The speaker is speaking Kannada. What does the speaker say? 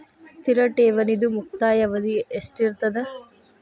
ಸ್ಥಿರ ಠೇವಣಿದು ಮುಕ್ತಾಯ ಅವಧಿ ಎಷ್ಟಿರತದ?